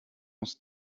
muss